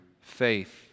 faith